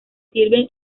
sirven